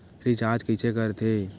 Recharge कइसे कर थे?